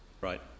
right